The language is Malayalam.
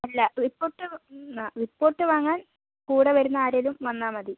അല്ല റിപ്പോർട്ട് റിപ്പോർട്ട് വാങ്ങാൻ കൂടിവരുന്ന ആരെങ്കിലും വന്നാൽമതി